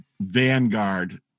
vanguard